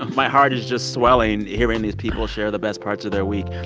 my heart is just swelling hearing these people share the best parts of their week.